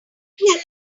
helen